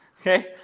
Okay